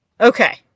Okay